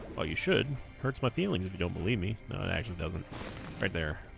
well you should hurts my feelings if you don't believe me no it actually doesn't right they're